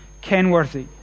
Kenworthy